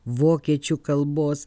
vokiečių kalbos